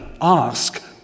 ask